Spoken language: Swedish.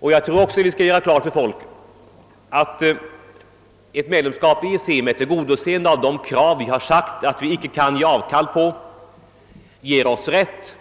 Vi skall dessutom göra klart för medborgarna att ett medlemskap i EEC med tillgodoseende av de krav, som vi har sagt oss inte kunna ge avkall på, innebär rätt